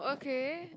K